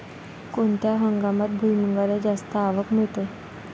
कोनत्या हंगामात भुईमुंगाले जास्त आवक मिळन?